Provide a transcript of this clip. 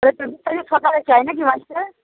তাহলে পঁচিশ তারিখে সকালে চাই নাকি মাছটা